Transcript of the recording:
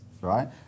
right